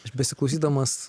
aš besiklausydamas